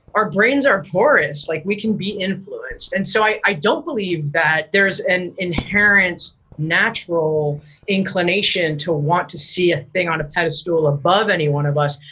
our brains are porous, like we can be influenced. and so i i don't believe that there's an inherent natural inclination to want to see a thing on a pedestal above any one of us.